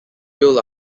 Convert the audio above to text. will